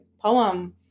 poem